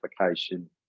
application